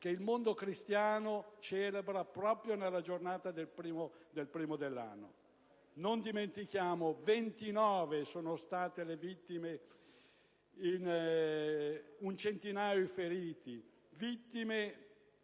che il mondo cristiano celebra proprio nella giornata del primo dell'anno. Non dimentichiamo: 29 sono state le vittime ed un centinaio i feriti. I fedeli